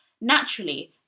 Naturally